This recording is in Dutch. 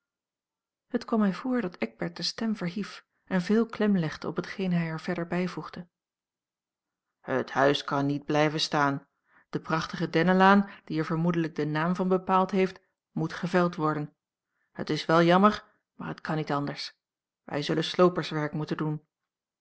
het kwam mij voor dat eckbert de stem verhief a l g bosboom-toussaint langs een omweg en veel klem legde op hetgeen hij er verder bijvoegde het huis kan niet blijven staan de prachtige dennenlaan die er vermoedelijk den naam van bepaald heeft moet geveld worden het is wel jammer maar het kan niet anders wij zullen slooperswerk moeten doen